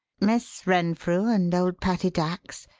miss renfrew and old patty dax?